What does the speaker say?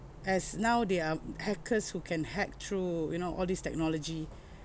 as now there are hackers who can hack through you know all this technology